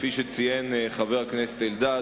כפי שציין חבר הכנסת אלדד,